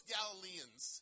Galileans